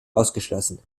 ausgeschlossen